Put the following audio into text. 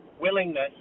willingness